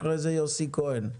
אחרי זה יוסי כהן.